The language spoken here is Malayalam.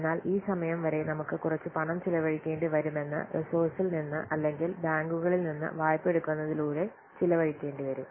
എന്നാൽ ഈ സമയം വരെ നമുക്ക് കുറച്ച് പണം ചിലവഴിക്കേണ്ടിവരുമെന്ന് റിസോർസിൽ നിന്ന് അല്ലെങ്കിൽ ബാങ്കുകളിൽ നിന്ന് വായ്പയെടുക്കുന്നതിലൂടെ ചിലവഴിക്കേണ്ടിവരും